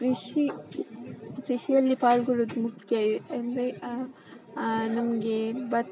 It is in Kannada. ಕೃಷಿ ಕೃಷಿಯಲ್ಲಿ ಪಾಲ್ಗೊಳ್ಳುವುದು ಮುಖ್ಯ ಅಂದರೆ ನಮಗೆ ಭತ್ತ